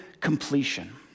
completion